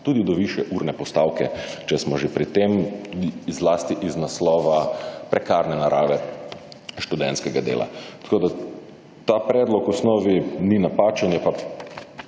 Tudi do višje urne postavke, če smo že pri tem, zlasti iz naslova prekarne narave študentskega dela. Tako, da ta predlog v osnovi ni napačen, je pa